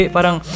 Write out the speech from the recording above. Parang